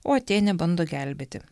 o atėnė bando gelbėti